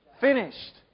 finished